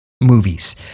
movies